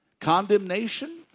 Condemnation